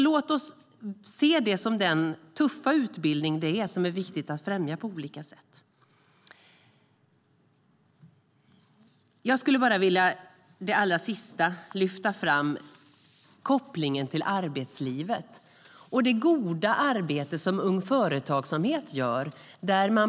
Låt oss se detta som den tuffa utbildning det är och som det är viktigt att främja på olika sätt. Jag vill lyfta fram kopplingen till arbetslivet och det goda arbete som Ung Företagsamhet gör.